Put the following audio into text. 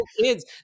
kids